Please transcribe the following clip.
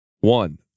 One